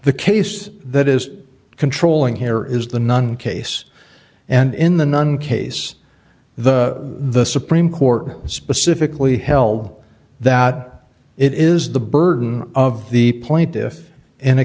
the case that is controlling here is the non case and in the none case the supreme court specifically held that it is the burden of the point if in a